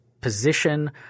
position